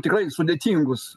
tikrai sudėtingus